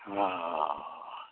हाँ हाँ हाँ